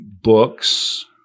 books